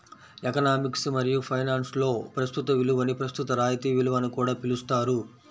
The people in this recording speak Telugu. ఎకనామిక్స్ మరియు ఫైనాన్స్లో ప్రస్తుత విలువని ప్రస్తుత రాయితీ విలువ అని కూడా పిలుస్తారు